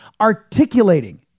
articulating